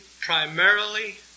primarily